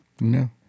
No